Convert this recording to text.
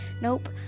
Nope